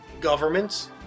governments